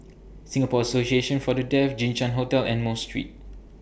Singapore Association For The Deaf Jinshan Hotel and Mosque Street